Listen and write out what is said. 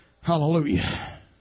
Hallelujah